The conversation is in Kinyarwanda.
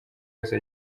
yose